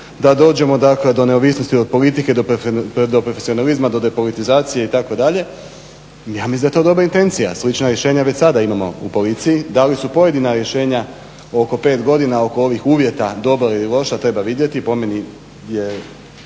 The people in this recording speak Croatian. da dođemo dakle do neovisnosti od politike do profesionalizma, do depolitizacije itd. Ja mislim da je to dobra intencija, slična rješenja već sada imamo u policiji, da li su pojedina rješenja oko 5 godina, oko ovih uvjeta dobra ili loša treba vidjeti.